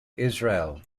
israel